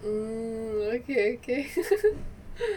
mm okay okay